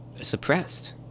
suppressed